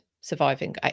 surviving